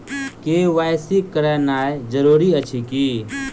KYC करानाइ जरूरी अछि की?